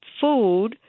food